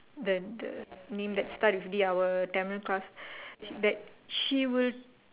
the the name that starts with D our Tamil class that she will